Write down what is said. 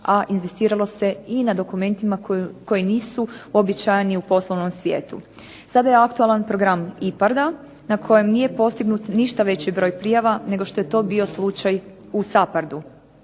a inzistiralo se i na dokumentima koji nisu uobičajeni u poslovnom svijetu. Sada je aktualan program IPARD-a na kojem nije postignut ništa veći broj prijava nego što je to bio slučaj u SAPARD-u.